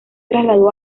trasladó